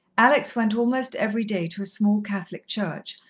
alex went almost every day to a small catholic church,